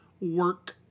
work